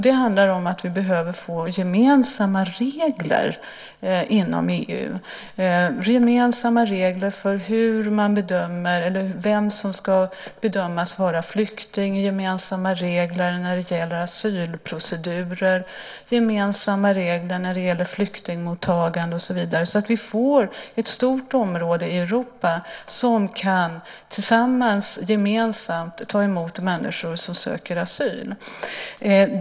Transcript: Det handlar om att vi behöver få gemensamma regler inom EU när det gäller vem som ska bedömas vara flykting, när det gäller asylprocedurer, när det gäller flyktingmottagande och så vidare, så att vi får ett stort område i Europa där vi tillsammans, gemensamt, kan ta emot människor som söker asyl.